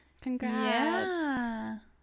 Congrats